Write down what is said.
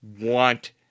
want